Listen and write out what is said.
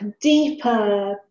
deeper